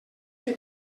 que